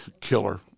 Killer